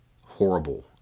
horrible